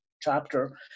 chapter